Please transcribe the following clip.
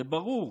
זה ברור.